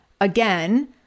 again